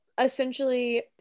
essentially